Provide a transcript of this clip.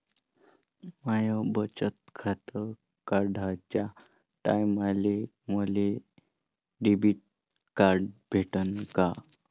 माय बचत खातं काढाच्या टायमाले मले डेबिट कार्ड भेटन का?